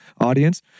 audience